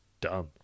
dumb